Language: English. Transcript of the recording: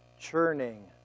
churning